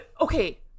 Okay